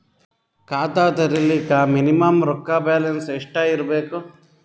ಖಾತಾ ತೇರಿಲಿಕ ಮಿನಿಮಮ ರೊಕ್ಕ ಬ್ಯಾಲೆನ್ಸ್ ಎಷ್ಟ ಇರಬೇಕು?